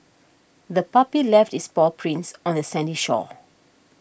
the puppy left its paw prints on the sandy shore